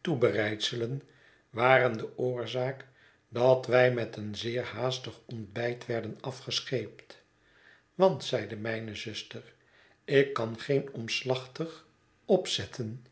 toebereidselen waren de oorzaak dat wij met een zeer haastig ontbijt werden afgescheept want zeide mijne zuster ik kan geen omslachtig opzetten